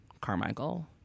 Carmichael